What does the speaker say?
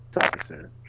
officer